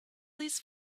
these